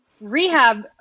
rehab